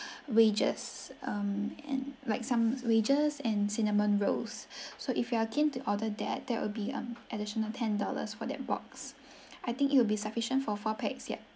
wedges um and like some wedges and cinnamon rolls so if you are keen to order that that will be um additional ten dollars for that box I think it will be sufficient for four pax yup